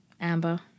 Amber